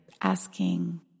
asking